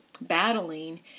battling